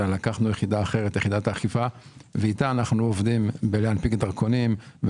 אלא לקחנו את יחידת האכיפה ואיתה אנחנו עובדים כדי להנפיק דרכונים,